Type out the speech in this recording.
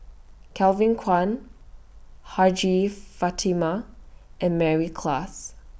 Kevin Kwan Hajjah Fatimah and Mary Klass